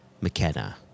McKenna